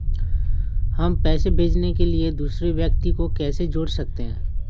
हम पैसे भेजने के लिए दूसरे व्यक्ति को कैसे जोड़ सकते हैं?